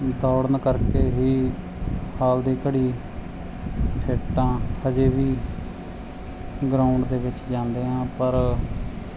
ਦੌੜਨ ਕਰਕੇ ਹੀ ਹਾਲ ਦੀ ਘੜੀ ਫਿਟ ਹਾਂ ਅਜੇ ਵੀ ਗਰਾਊਂਡ ਦੇ ਵਿੱਚ ਜਾਂਦੇ ਹਾਂ ਪਰ